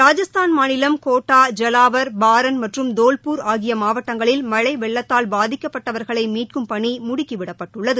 ராஜஸ்தான் மாநிலம் கோட்டா ஜலாவர் பாரன் மற்றும் தோவ்பூர் ஆகிய மாவட்டங்களில் மழை வெள்ளத்தால் பாதிக்கப்பட்டவர்களை மீட்கும் பணி முடுக்கிவிடப்பட்டுள்ளது